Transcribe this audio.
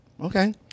okay